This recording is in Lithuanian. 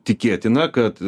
tikėtina kad